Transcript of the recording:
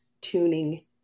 tuning